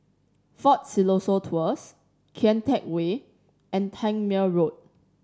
Fort Siloso Tours Kian Teck Way and Tangmere Road